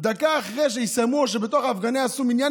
דקה אחרי שיסיימו או שבתוך ההפגנה יעשו מניין,